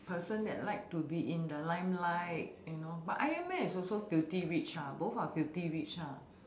person that like to be in the lime light you know but iron man is also filthy rich ah both are filthy rich ah